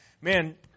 man